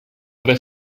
tre